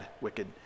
wicked